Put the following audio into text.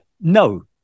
No